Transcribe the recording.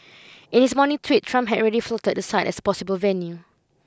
in his morning tweet Trump had already floated the site as a possible venue